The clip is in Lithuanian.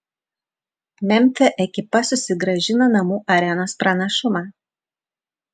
memfio ekipa susigrąžino namų arenos pranašumą